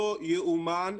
לא ייאמן.